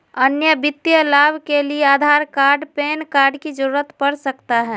अन्य वित्तीय लाभ के लिए आधार कार्ड पैन कार्ड की जरूरत पड़ सकता है?